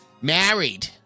Married